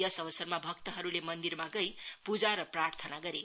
यस अवसरमा भक्तहरूले मन्दिरमा गई पूजा र प्रार्थना गरे